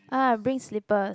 ah bring slippers